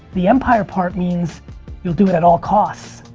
the empire part means you'll do it at all costs.